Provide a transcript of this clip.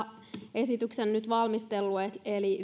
esityksen nyt valmistellut eli